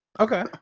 okay